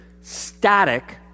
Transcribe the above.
static